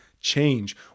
change